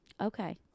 Okay